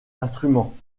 instruments